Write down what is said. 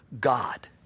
God